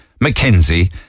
Mackenzie